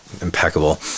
impeccable